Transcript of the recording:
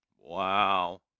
Wow